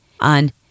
on